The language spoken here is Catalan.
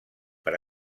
per